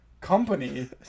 Company